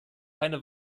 keine